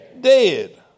dead